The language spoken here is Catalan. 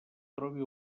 trobi